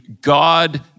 God